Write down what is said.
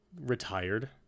retired